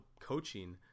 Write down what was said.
coaching